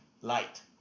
light